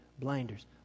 Blinders